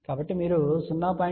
కాబట్టి మీరు 0